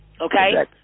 Okay